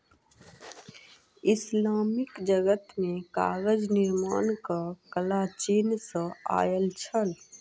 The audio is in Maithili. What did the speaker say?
इस्लामिक जगत मे कागज निर्माणक कला चीन सॅ आयल छल